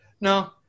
No